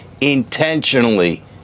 intentionally